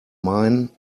mine